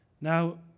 Now